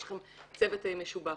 יש לכם צוות משובח